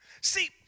see